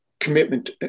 Commitment